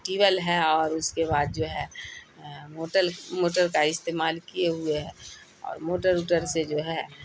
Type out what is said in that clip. tubewell ہے اور اس کے بعد جو ہے موٹل موٹر کا استعمال کیے ہوئے ہے اور موٹر ووٹر سے جو ہے